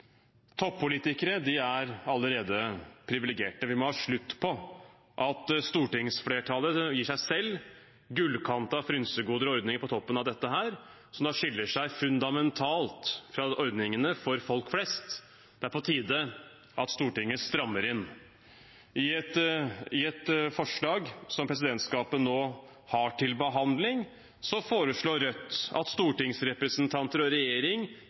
Toppolitikere er allerede privilegerte. Vi må ha slutt på at stortingsflertallet gir seg selv gullkantede frynsegoder og ordninger på toppen av dette som skiller seg fundamentalt fra ordningene for folk flest. Det er på tide at Stortinget strammer inn. I et forslag som presidentskapet nå har til behandling, foreslår Rødt at stortingsrepresentanter og regjering